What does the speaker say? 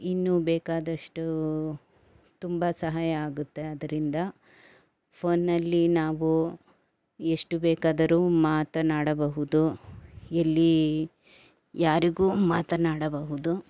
ಇನ್ನೂ ಬೇಕಾದಷ್ಟು ತುಂಬ ಸಹಾಯ ಆಗುತ್ತೆ ಅದರಿಂದ ಫೋನ್ನಲ್ಲಿ ನಾವು ಎಷ್ಟು ಬೇಕಾದರೂ ಮಾತನಾಡಬಹುದು ಇಲ್ಲಿ ಯಾರಿಗೂ ಮಾತನಾಡಬಹುದು